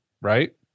Right